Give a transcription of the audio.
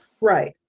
Right